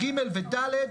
(ג) ו-(ד),